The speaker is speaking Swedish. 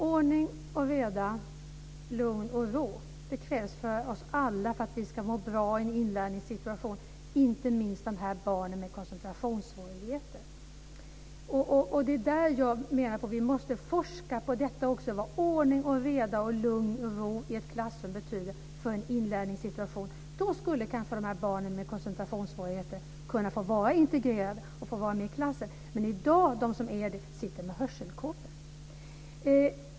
Ordning och reda och lugn och ro krävs för att vi alla ska må bra i en inlärningssituation, inte minst för de här barnen med koncentrationssvårigheter. Jag menar att vi också måste forska i vad ordning och reda och lugn och ro i ett klassrum betyder för en inlärningssituation. Då skulle kanske de här barnen med koncentrationssvårigheter kunna få vara integrerade och få vara med i klassen, men de som är det i dag sitter med hörselkåpor.